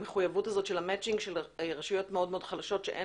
המחויבות הזו של המצ'ינג של רשויות מאוד מאוד חלשות שאין